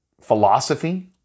philosophy